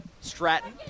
Stratton